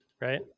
right